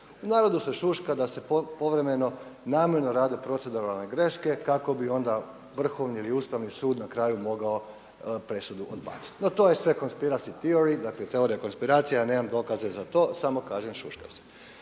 U narodu se šuška da se povremeno namjerno rade proceduralne greške kako bi onda Vrhovni ili Ustavni sud na kraju mogao presudu odbaciti. No, to je sve …/Govornik govori engleski, ne razumije se./… dakle teorija kao inspiracija. Ja nemam dokaze za to, samo kažem šuška se.